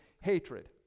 hatred